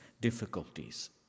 difficulties